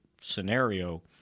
scenario